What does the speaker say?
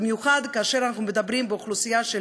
במיוחד כשאנחנו מדברים באוכלוסייה של